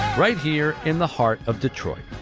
right here in the heart of detroit.